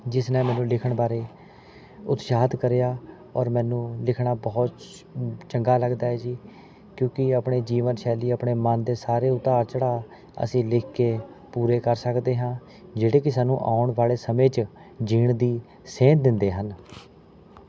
ਜਿਸ ਨੇ ਮੈਨੂੰ ਲਿਖਣ ਬਾਰੇ ਉਤਸ਼ਾਹਿਤ ਕਰਿਆ ਔਰ ਮੈਨੂੰ ਲਿਖਣਾ ਬਹੁਤ ਚੰਗਾ ਲੱਗਦਾ ਹੈ ਜੀ ਕਿਉਂਕਿ ਆਪਣੇ ਜੀਵਨ ਸ਼ੈਲੀ ਆਪਣੇ ਮਨ ਦੇ ਸਾਰੇ ਉਤਾਰ ਚੜ੍ਹਾਅ ਅਸੀਂ ਲਿਖ ਕੇ ਪੂਰੇ ਕਰ ਸਕਦੇ ਹਾਂ ਜਿਹੜੇ ਕਿ ਸਾਨੂੰ ਆਉਣ ਵਾਲੇ ਸਮੇਂ 'ਚ ਜੀਣ ਦੀ ਸੇਧ ਦਿੰਦੇ ਹਨ